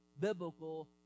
biblical